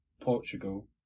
Portugal